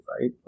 right